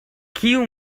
kiu